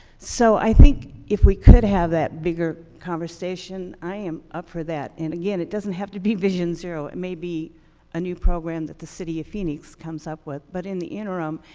so i think if we could have that bigger conversation, i am up for that. and again, it doesn't have to be vision zero. it may be a new program that the city of phoenix comes up with. but in the interim,